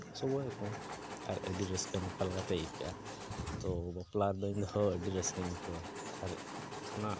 ᱥᱚᱜᱚᱭᱟᱠᱚ ᱟᱨ ᱟᱹᱰᱤ ᱨᱟᱹᱥᱠᱟᱹ ᱱᱚᱝᱠᱟ ᱞᱮᱠᱟᱛᱮ ᱟᱹᱭᱠᱟᱹᱜᱼᱟ ᱛᱳ ᱵᱟᱯᱞᱟ ᱨᱮᱫᱚ ᱤᱧᱦᱚᱸ ᱟᱹᱰᱤ ᱨᱟᱹᱥᱠᱟᱹᱧ ᱟᱹᱭᱠᱟᱹᱣᱟ ᱟᱨ ᱚᱱᱟ